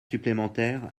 supplémentaires